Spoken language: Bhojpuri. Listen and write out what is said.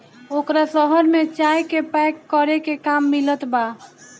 ओकरा शहर में चाय के पैक करे के काम मिलत बा